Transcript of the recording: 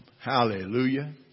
Hallelujah